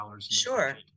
Sure